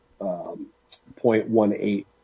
0.18%